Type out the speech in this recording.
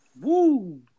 Woo